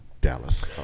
Dallas